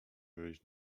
wyjść